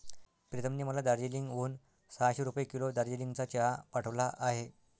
प्रीतमने मला दार्जिलिंग हून सहाशे रुपये किलो दार्जिलिंगचा चहा पाठवला आहे